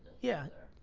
yeah, yeah,